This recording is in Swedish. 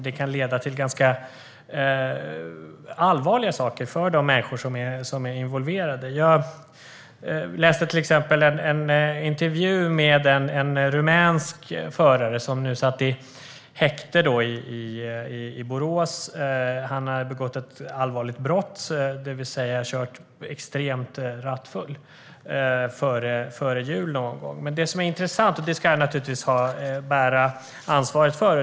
Det kan leda till ganska allvarliga saker för de människor som är involverade. Jag läste till exempel en intervju med en rumänsk förare som satt i häkte i Borås. Han hade begått ett allvarligt brott, det vill säga kört grovt rattfull någon gång före jul, och det ska han naturligtvis bära ansvaret för.